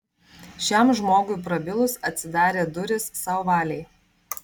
šiam žmogui prabilus atsidarė durys sauvalei